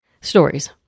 stories